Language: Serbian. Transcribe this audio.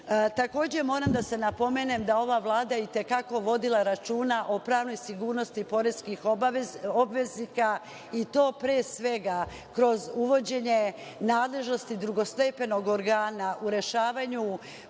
moram da se napomenem da je ova Vlada itekako vodila računa o pravnoj sigurnosti poreskih obveznika i to pre svega kroz uvođenje nadležnosti drugostepenog organa u rešavanju